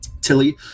Tilly